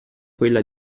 quella